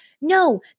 No